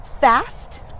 fast